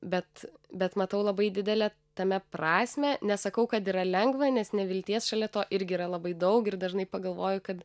bet bet matau labai didelę tame prasmę nesakau kad yra lengva nes nevilties šalia to irgi yra labai daug ir dažnai pagalvoju kad